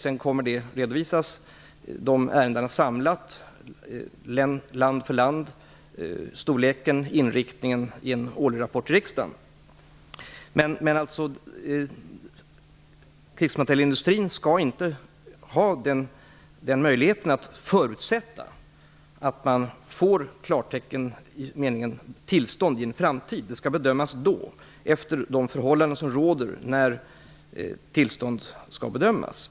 Sedan redovisas ärendena samlat land för land med angivande av storlek och inriktning i en årlig rapport till riksdagen. Krigsmaterielindustrin skall inte ha möjlighet att förutsätta att den skall få klartecken i meningen tillstånd i en framtid, utan ärendena skall bedömas efter de förhållanden som råder när tillståndsfrågorna skall bedömas.